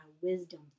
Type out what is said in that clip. wisdom